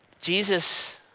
Jesus